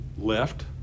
left